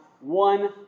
One